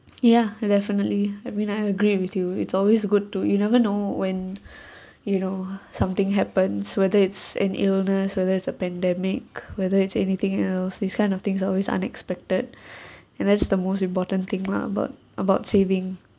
ya definitely I mean I agree with you it's always good to you never know when you know something happens whether it's an illness whether it's a pandemic whether it's anything else these kind of things are always unexpected and that's the most important thing lah about about saving